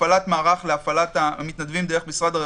מערך להפעלת המתנדבים דרך משרד העבודה,